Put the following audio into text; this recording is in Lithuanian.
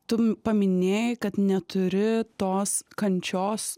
tu paminėjai kad neturi tos kančios